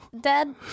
Dad